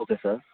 okay sir